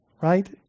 right